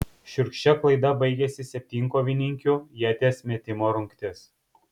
šiurkščia klaida baigėsi septynkovininkių ieties metimo rungtis